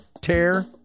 Tear